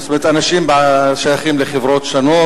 אנשים שייכים לחברות שונות,